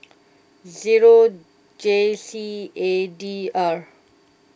zero J C A D R